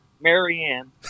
Marianne